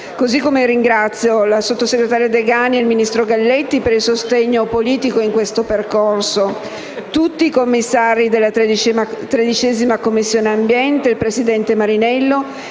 così come ringrazio la sottosegretaria Degani e il ministro Galletti per il sostegno politico in questo percorso, tutti i commissari della 13a Commissione ambiente, il presidente Marinello